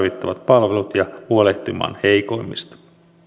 palvelut ja huolehtimaan heikoimmista